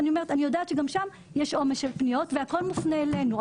ואני יודעת שגם שם יש עומס של פניות והכול מופנה אלינו.